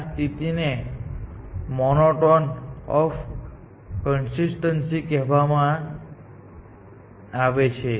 આ સ્થિતિને monotone of constituency કહેવામાં આવે છે